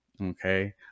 okay